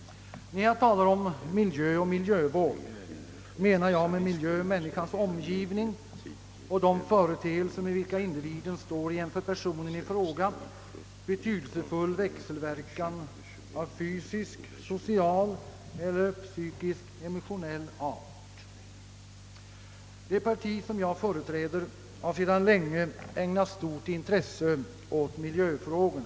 När jag talar om miljö och miljövård avser jag människans omgivning och de företeelser med vilka individen står i en för personen i fråga betydelsefull växelverkan av fysisk, social eller psykiskemotionell art. Det parti jag företräder har sedan länge ägnat stort intresse åt miljöfrågorna.